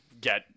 get